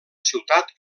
ciutat